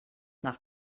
nach